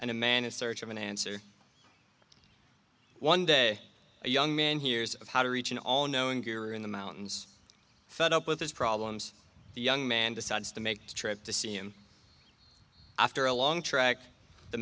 a man in search of an answer one day a young man hears of how to reach an all knowing you're in the mountains fed up with his problems the young man decides to make a trip to see him after a long track the